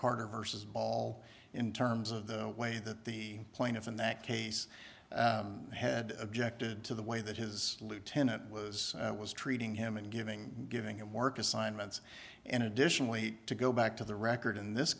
carter versus ball in terms of the way that the plaintiff in that case head objected to the way that his lieutenant was was treating him and giving giving him work assignments and additionally to go back to the record in this